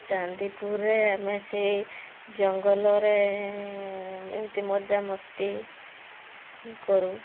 ଚାନ୍ଦିପୁରରେ ଆମେ ସେ ଜଙ୍ଗଲରେ ଏମିତି ମଜା ମସ୍ତି କରୁ